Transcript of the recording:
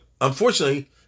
Unfortunately